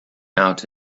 out